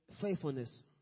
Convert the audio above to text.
faithfulness